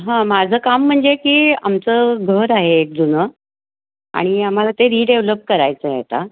हां माझं काम म्हणजे की आमचं घर आहे एक जुनं आणि आम्हाला ते रिडेव्हलप करायचं आहे आता